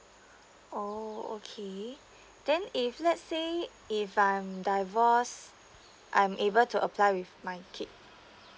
oh okay then if let's say if I am divorce I'm able to apply with my kid